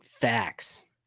Facts